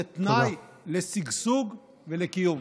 זה תנאי לשגשוג ולקיום.